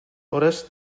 hores